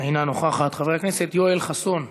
אינה נוכחת, חבר הכנסת יואל חסון,